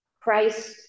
Christ